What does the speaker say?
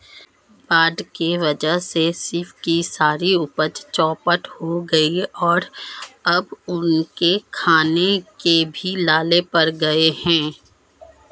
बाढ़ के वजह से शिव की सारी उपज चौपट हो गई और अब उनके खाने के भी लाले पड़ गए हैं